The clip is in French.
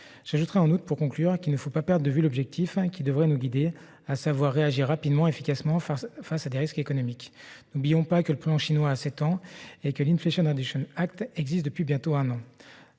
j'ajouterai qu'il ne faut pas perdre de vue l'objectif qui devrait nous guider : réagir rapidement et efficacement face à des risques économiques. N'oublions pas que le plan chinois a sept ans et que l'IRA existe depuis bientôt un an.